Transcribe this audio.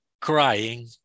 crying